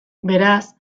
beraz